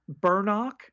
Burnock